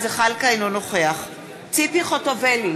אינו נוכח ציפי חוטובלי,